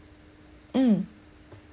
mm